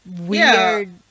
weird